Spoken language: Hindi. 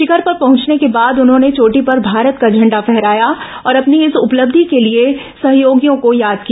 शिखर पर पहुंचने के बाद उन्होंने चोटी पर भारत का झण्डा फहराया और अपनी इस उपलब्धि के लिए सहयोगियों को याद किया